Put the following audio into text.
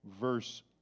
verse